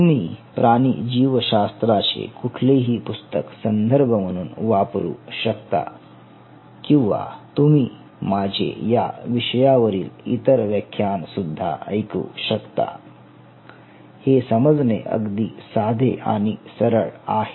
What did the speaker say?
तुम्ही प्राणी जीवशास्त्राचे कुठलेही पुस्तक संदर्भ म्हणून वापरू शकता किंवा तुम्ही माझे या विषयावरील इतर व्याख्यान सुद्धा ऐकू शकता हे समजणे अगदी साधे आणि सरळ आहे